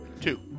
Two